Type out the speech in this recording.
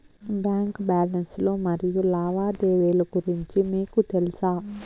Bank balance లు మరియు లావాదేవీలు గురించి మీకు తెల్సా?